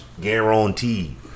Guaranteed